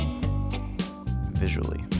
visually